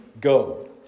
go